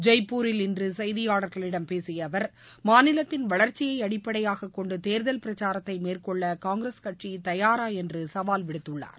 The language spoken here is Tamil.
ஜெய்ப்பூரில் இன்று செய்தியாளர்களிடம் பேசிய அவர் மாநிலத்தின் வளர்ச்சியை அடிப்படையாகக் கொண்டு தேர்தல் பிரசாரத்தை மேற்கொள்ள காங்கிரஸ் கட்சி தயாரா என்று சவால் விடுத்துள்ளாா்